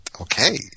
okay